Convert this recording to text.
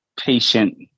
patient